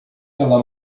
ela